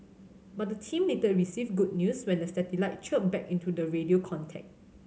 but the team later received good news when the satellites chirped back into the radio contact